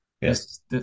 Yes